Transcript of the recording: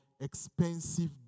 expensive